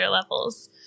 levels